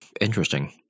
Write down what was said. Interesting